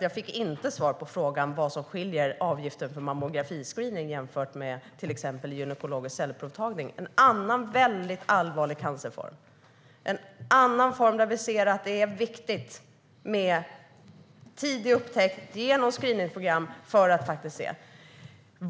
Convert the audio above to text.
Jag fick inte svar på frågan vad som skiljer avgiften för mammografiscreening från avgiften för till exempel gynekologisk cellprovtagning, som gäller en annan väldigt allvarlig cancerform där vi ser att det är viktigt med tidig upptäckt genom screeningprogram.